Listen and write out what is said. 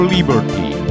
Liberty